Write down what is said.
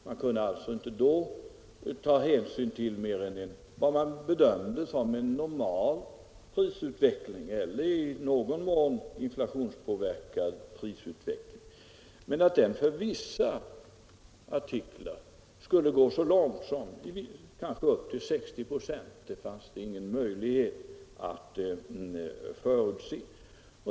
Man kunde alltså då inte ta hänsyn till mer än vad man bedömde som en normal eller i någon mån inflationspåverkad prisutveckling. Men att den för vissa artiklar skulle gå så långt som kanske upp till 60 96 fanns ingen möjlighet att förutse.